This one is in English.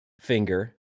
Finger